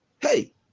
hey